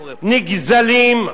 נגזלים,